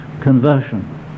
conversion